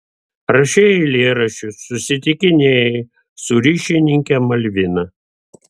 rašei eilėraščius susitikinėjai su ryšininke malvina